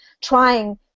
trying